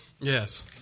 Yes